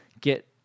get